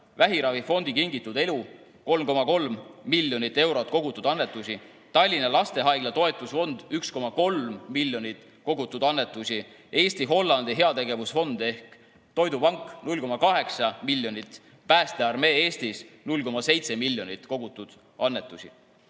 vähiravifond Kingitud Elu – 3,3 miljonit eurot kogutud annetusi; Tallinna Lastehaigla Toetusfond – 1,3 miljonit eurot kogutud annetusi; Eesti-Hollandi heategevusfond ehk Toidupank – 0,8 miljonit; Päästearmee Eestis – 0,7 miljonit kogutud annetusi.